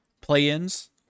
play-ins